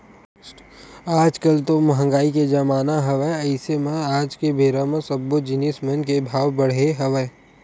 आज कल तो मंहगाई के जमाना हवय अइसे म आज के बेरा म सब्बो जिनिस मन के भाव बड़हे हवय